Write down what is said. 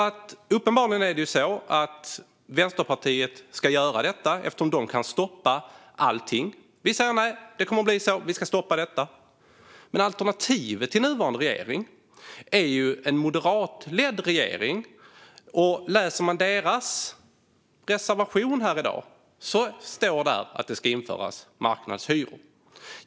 Uppenbarligen är det så att Vänsterpartiet ska göra detta, eftersom de kan stoppa allting. De säger: Vi säger nej. Det kommer att bli så. Vi ska stoppa detta. Men alternativet till nuvarande regering är en moderatledd regering. Läser man deras reservation i detta betänkande står det att det ska införas marknadshyror.